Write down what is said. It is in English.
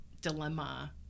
dilemma